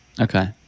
Okay